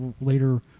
later